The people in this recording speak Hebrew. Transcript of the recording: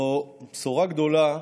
זו בשורה גדולה,